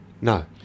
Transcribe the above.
no